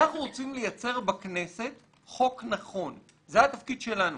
אנחנו רוצים לייצר בכנסת חוק נכון זה התפקיד שלנו.